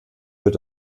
wird